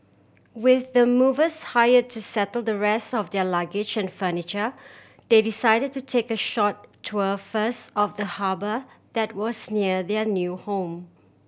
with the movers hire to settle the rest of their luggage and furniture they decided to take a short tour first of the harbour that was near their new home